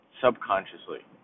subconsciously